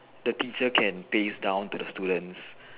the teacher can pace down the students